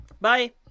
Bye